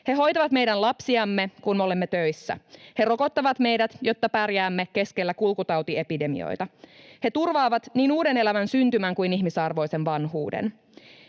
He hoitavat meidän lapsiamme, kun me olemme töissä. He rokottavat meidät, jotta pärjäämme keskellä kulkutautiepidemioita. He turvaavat niin uuden elämän syntymän kuin ihmisarvoisen vanhuuden.